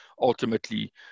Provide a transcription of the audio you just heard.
ultimately